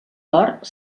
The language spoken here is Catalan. hort